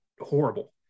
horrible